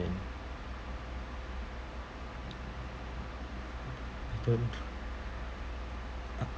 I don't uh